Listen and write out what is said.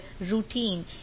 routine